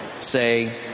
say